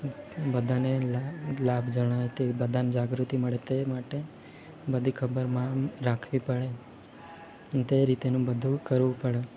બધાને લા લાભ જણાય તેવી બધાને જાગૃતિ મળે તે માટે બધી ખબર મા રાખવી પડે તે રીતેનું બધું કરવું પડે